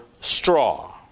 straw